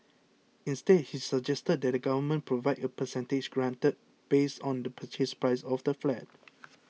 instead he suggested that the Government Provide a percentage grant based on the Purchase Price of the flat